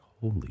holy